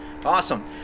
Awesome